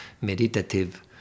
meditative